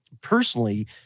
personally